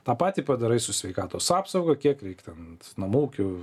tą patį padarai su sveikatos apsauga kiek reik ten namų ūkių